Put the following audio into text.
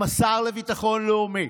אם השר לביטחון לאומי